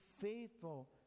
faithful